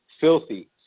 filthy